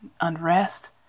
unrest